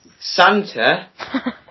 Santa